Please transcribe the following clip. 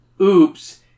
Oops